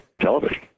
television